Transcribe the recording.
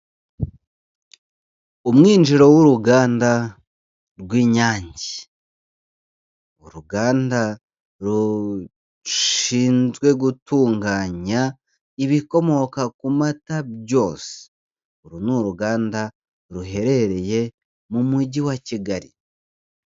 Umwinjiro w'uruganda rw'inyange. Uruganda rushinzwe gutunganya ibikomoka ku mata byose. Uru ni uruganda ruherereye mu mujyi wa Kigali.